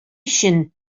өчен